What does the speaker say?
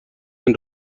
این